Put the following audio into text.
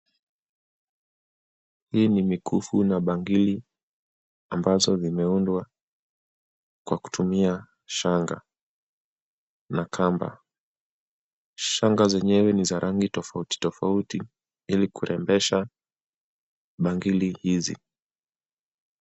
Hii ni mikufu na bangili ambazo zimeundwa kwa kutumia shanga na kamba. Shanga zenyewe ni za rangi tofauti tofauti ili kurembesha bangili hizi.